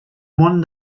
món